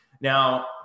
Now